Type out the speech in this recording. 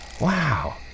Wow